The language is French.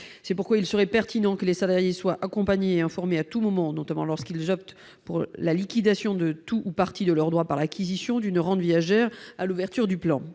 C'est pourquoi il serait pertinent que les salariés soient accompagnés et informés à tout moment, notamment lorsqu'ils optent pour la liquidation de tout ou partie de leurs droits par l'acquisition d'une rente viagère à l'ouverture du plan.